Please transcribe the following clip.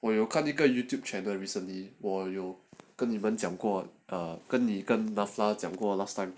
我有看这个 YouTube channel recently 我有跟你们讲过讲过跟你跟 lafleur 讲过 last time